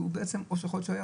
או שהוא היה חולה,